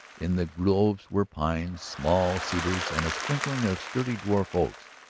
in the groves were pines, small cedars, and a sprinkling of sturdy dwarf oaks.